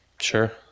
Sure